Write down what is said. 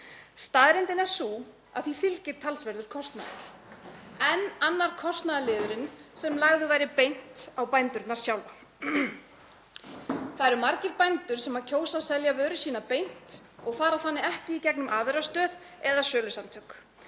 Staðreyndin er sú að því fylgir talsverður kostnaður, enn annar kostnaðarliðurinn sem lagður er beint á bændur sjálfa. Það eru margir bændur sem kjósa að selja vöru sína beint og fara þannig ekki í gegnum afurðastöð eða sölusamtök.